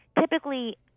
typically